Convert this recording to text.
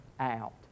out